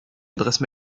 adresse